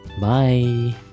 Bye